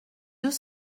deux